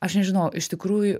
aš nežinau iš tikrųjų